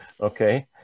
Okay